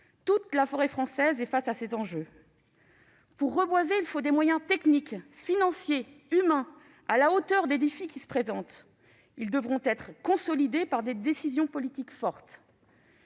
Toute la forêt française doit faire face à des enjeux similaires. Pour reboiser, il faut des moyens techniques, financiers, humains, à la hauteur des défis qui se présentent. Ces moyens devront être consolidés par des décisions politiques fortes.